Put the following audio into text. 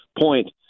point